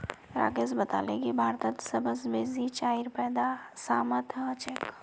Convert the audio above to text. राकेश बताले की भारतत सबस बेसी चाईर पैदा असामत ह छेक